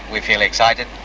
we feel excited.